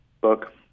book